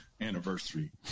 anniversary